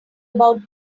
about